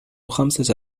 خمسة